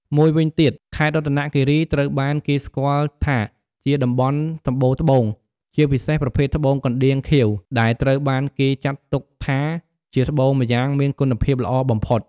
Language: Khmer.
មួយវិញទៀត ខេត្តរតនគិរីត្រូវបានគេស្គាល់ថាជាតំបន់សម្បូរត្បូង ជាពិសេសប្រភេទត្បូងកណ្ដៀងខៀវ ដែលត្រូវបានគេចាត់ទុកថាជាត្បូងម្យ៉ាងមានគុណភាពល្អបំផុត។